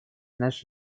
наш